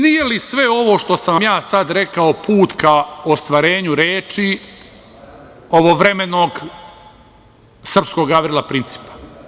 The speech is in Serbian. Nije li sve ovo što sam vam sada rekao, put ka ostvarenju reči ovovremenog srpskog Gavrila Principa?